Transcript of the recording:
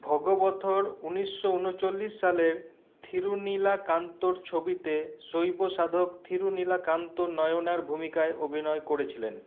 ভগবথর উনিশশো উনচল্লিশ সালের থিরুনীলাকান্তর ছবিতে শৈব সাধক থিরুনীলাকান্ত নয়নার ভূমিকায় অভিনয় করেছিলেন